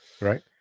Right